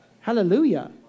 Hallelujah